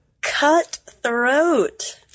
Cutthroat